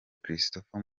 christopher